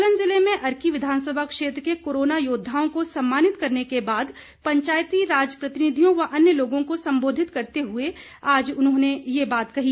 सोलन जिले में अर्की विधानसभा क्षेत्र के कोरोना योद्वाओं को सम्मानित करने के बाद पंचायती राज प्रतिनिधियों व अन्य लोगों को संबोधित करते हुए आज उन्होंने ये बात कहीं